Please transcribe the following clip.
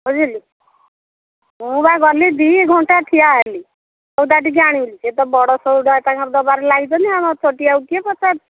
ବୁଝିଲୁ ମୁଁ ବା ଗଲି ଦୁଇ ଘଣ୍ଟା ଠିଆ ହେଲି ସଉଦା ଟିକେ ଆଣିବି ସେ ତ ବଡ଼ ସଉଦା ତାଙ୍କର ଦେବାରେ ଲାଗିଛନ୍ତି ଆମ ଛୋଟିଆ କୁ କିଏ ପଚାରୁଛି